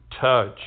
touch